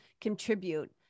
contribute